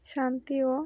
শান্তি ও